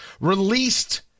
released